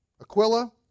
Aquila